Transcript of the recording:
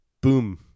boom